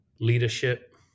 leadership